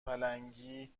پلنگی